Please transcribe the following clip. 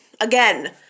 Again